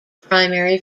primary